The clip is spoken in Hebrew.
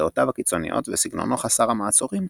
דעותיו הקיצוניות וסגנונו חסר המעצורים,